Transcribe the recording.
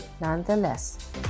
nonetheless